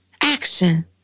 action